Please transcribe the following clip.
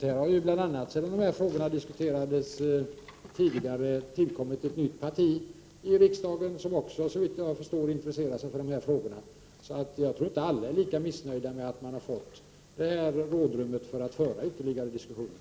Sedan de här frågorna tidigare diskuterats har det bl.a. tillkommit ytterligare ett parti i riksdagen som också, såvitt jag förstår, är intresserat av de här frågorna. Jag tror inte att alla är lika missnöjda med att man har fått det här rådrummet till att föra ytterligare diskussioner.